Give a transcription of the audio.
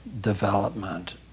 Development